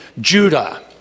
Judah